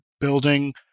building